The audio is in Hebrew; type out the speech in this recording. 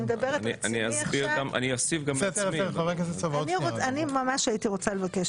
אני מדברת את עצמי עכשיו ואני ממש הייתי רוצה לבקש